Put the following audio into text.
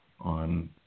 on –